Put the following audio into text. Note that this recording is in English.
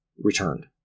returned